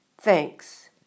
Thanks